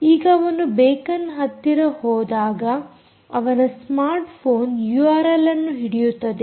ಈಗ ಅವನು ಬೇಕನ್ಹತ್ತಿರ ಹೋದಾಗ ಅವನ ಸ್ಮಾರ್ಟ್ ಫೋನ್ ಯೂಆರ್ಎಲ್ ಅನ್ನು ಹಿಡಿಯುತ್ತದೆ